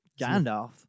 Gandalf